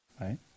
right